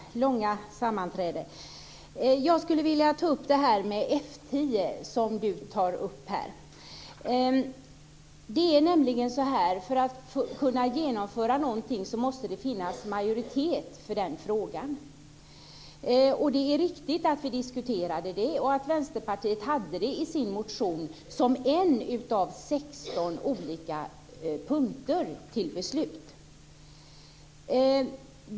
Fru talman! Ursäkta att jag var ute och tog en kopp kaffe under detta långa sammanträde. Jag skulle vilja säga något om det här med F 10 som nu tas upp. Det är ju så att för att man ska kunna genomföra något måste det finnas majoritet i den frågan. Det är riktigt att vi diskuterade det här och att Vänsterpartiet hade det som en av 16 olika punkter för beslut i sin motion.